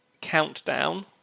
Countdown